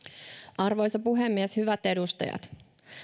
arvoisa puhemies hyvät edustajat